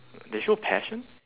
they show passion